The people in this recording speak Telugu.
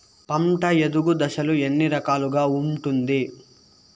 పంట ఎదుగు దశలు ఎన్ని రకాలుగా ఉంటుంది?